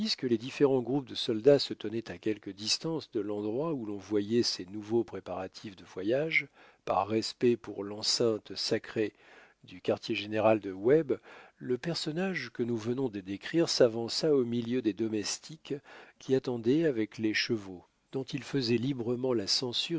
que les différents groupes de soldats se tenaient à quelque distance de l'endroit où l'on voyait ces nouveaux préparatifs de voyage par respect pour l'enceinte sacrée du quartier général de webb le personnage que nous venons de décrire s'avança au milieu des domestiques qui attendaient avec les chevaux dont il faisait librement la censure